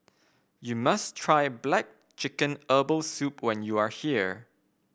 you must try black chicken Herbal Soup when you are here